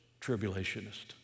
tribulationist